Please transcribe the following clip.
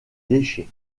déchets